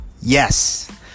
Yes